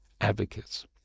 advocates